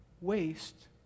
waste